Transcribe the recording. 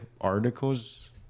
articles